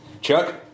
Chuck